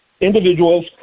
individuals